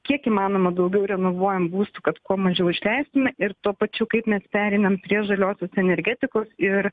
kiek įmanoma daugiau renovuojan būstų kad kuo mažiau išleistume ir tuo pačiu kaip mes pereinam prie žaliosios energetikos ir